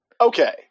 Okay